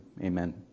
amen